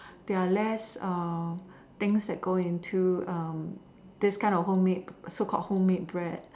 there are less um things that go into um this kind of home so called homemade bread